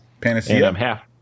Panacea